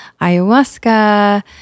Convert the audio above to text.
ayahuasca